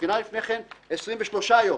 בבחינה לפני כן 23 יום.